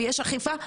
יש אכיפה.